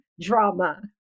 Drama